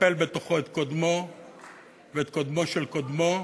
מקפל בתוכו את קודמו ואת קודמו של קודמו,